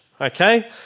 okay